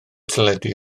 teledu